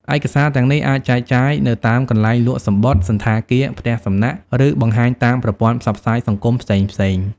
ឯកសារទាំងនេះអាចចែកចាយនៅតាមកន្លែងលក់សំបុត្រ សណ្ឋាគារ ផ្ទះសំណាក់ ឬបង្ហាញតាមប្រព័ន្ធផ្សព្វផ្សាយសង្គមផ្សេងៗ។